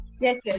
yes